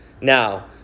Now